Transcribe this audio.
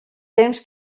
temps